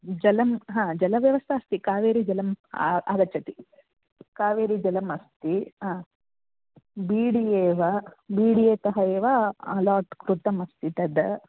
जलं हा जलव्यवस्था अस्ति कावेरीजलम् आ आगच्छति कावेरीजलम् अस्ति हा बी डि एव बी डि एतः एव अलाट् कृतम् अस्ति तद्